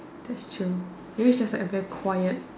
that's true maybe it's just like a very quiet